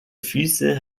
füße